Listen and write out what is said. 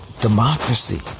democracy